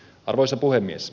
arvoisa puhemies